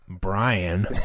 Brian